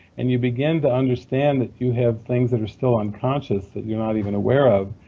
and you begin to understand that you have things that are still unconscious that you're not even aware of.